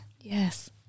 Yes